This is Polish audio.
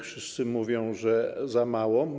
Wszyscy mówią, że za mało.